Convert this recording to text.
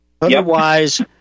Otherwise